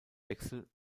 wechsel